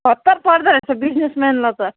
हतार पर्दो रहेछ बिजिनेस मेनलाई त